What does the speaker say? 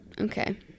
Okay